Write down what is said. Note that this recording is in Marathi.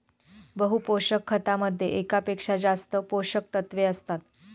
बहु पोषक खतामध्ये एकापेक्षा जास्त पोषकतत्वे असतात